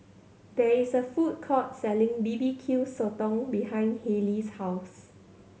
there is a food court selling B B Q Sotong behind Haylie's house